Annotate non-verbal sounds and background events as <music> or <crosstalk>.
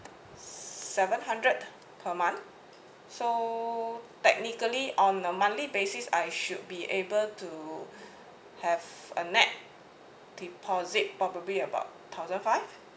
seven hundred per month so technically on a monthly basis I should be able to <breath> have a net deposit probably about thousand five